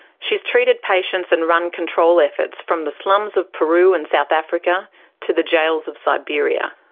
she's treated patients and run control efforts from the slums of peru and south africa to the jails of siberia.